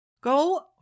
Go